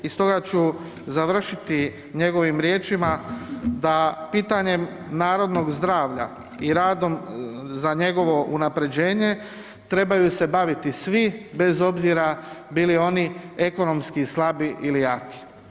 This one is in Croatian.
I stoga ću završiti njegovim riječima da pitanjem narodnog zdravlja i radom za njegovo unaprjeđenje trebaju se baviti svi bez obzira bili oni ekonomski slabiji ili jaki.